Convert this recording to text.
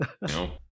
No